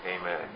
Amen